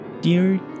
Dear